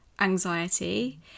anxiety